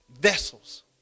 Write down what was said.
vessels